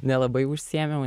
nelabai užsiėmiau